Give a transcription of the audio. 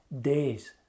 days